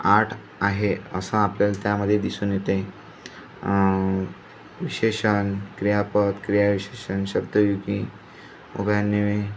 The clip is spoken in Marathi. आठ आहे असं आपल्याला त्यामध्ये दिसून येते विशेषण क्रियापद क्रियाविशेषण शब्दयोगी उभयान्वयी